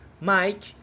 Mike